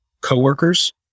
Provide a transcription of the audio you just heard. coworkers